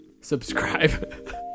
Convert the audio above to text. Subscribe